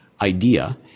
idea